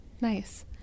Nice